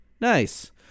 Nice